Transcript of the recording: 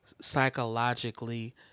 psychologically